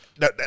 No